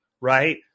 Right